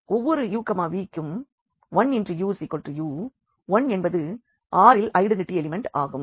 ஒவ்வொரு u∈Vக்கும் 1uu 1 என்பது R இல் ஐடென்டிடி எலிமெண்ட் ஆகும்